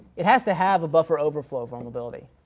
it has to have a buffer overflow vulnerability.